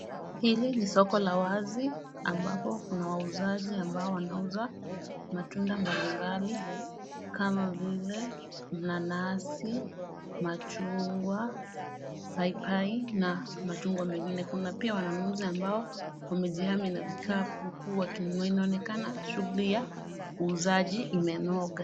Hili ni soko la wazi ambapo kuna wauzaji ambao wanauza matunda mbalimbali kama vile nanasi, machungwa, paipai na machungwa mengine. Kuna pia wanunuzi ambao wamejihami na vikapu huku wakinunua. Inaonekana shughuli ya uuzaji imenoga.